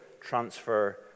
transfer